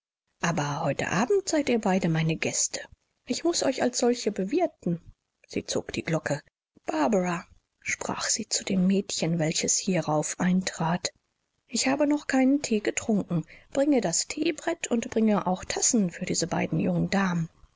aber heute abend seid ihr beide meine gäste ich muß euch als solche bewirten sie zog die glocke barbara sprach sie zu dem mädchen welches hierauf eintrat ich habe noch keinen thee getrunken bringe das theebrett und bringe auch tassen für diese beiden jungen damen